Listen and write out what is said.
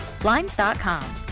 Blinds.com